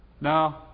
No